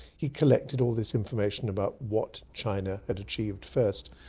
he collected all this information about what china had achieved first.